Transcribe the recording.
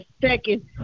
second